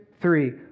three